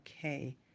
okay